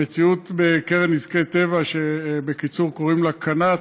המציאות בקרן נזקי טבע, שבקיצור קוראים לה קנ"ט,